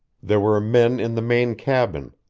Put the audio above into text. there were men in the main cabin.